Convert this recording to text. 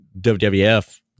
WWF